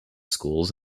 schools